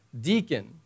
deacon